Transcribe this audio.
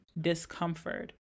discomfort